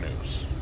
News